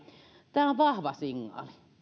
tämä on vahva signaali